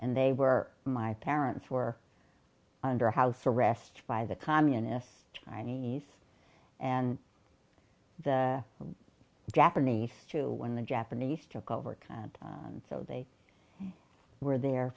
and they were my parents were under house arrest by the communist chinese and the japanese too when the japanese took over and so they were there